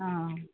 অঁ